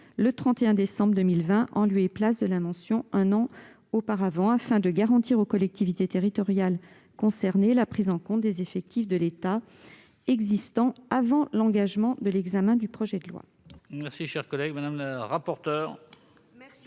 le 31 décembre 2020, en lieu et place de la mention « un an auparavant », afin de garantir aux collectivités territoriales concernées la prise en compte des effectifs de l'État existant avant l'engagement de l'examen du projet de loi.